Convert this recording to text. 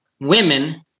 women